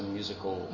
musical